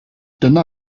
dyna